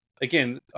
again